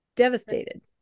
devastated